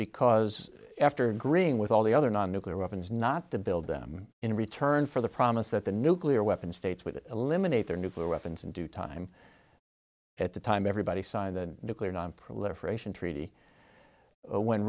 because after green with all the other non nuclear weapons not to build them in return for the promise that the nuclear weapon states with eliminate their nuclear weapons in due time at the time everybody signed the nuclear nonproliferation treaty when